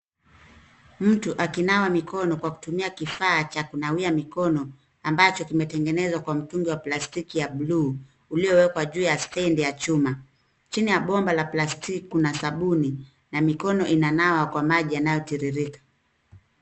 Mtu akinawa mikono kwa kutumia kifaa cha kunawia mikono ambacho kimetengenezwa kwa mtungi ya plastiki ya bluu uliwekwa juu ya stendi ya chuma. Chini ya bomba la plastiki kuna sabuni na mikono inanawa kwa maji yanayotiririka.